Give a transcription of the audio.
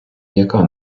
яка